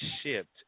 shipped